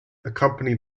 accompany